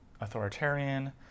authoritarian